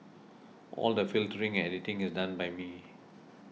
all the filtering and editing is done by me